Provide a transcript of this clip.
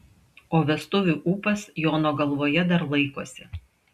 o vestuvių ūpas jono galvoje dar laikosi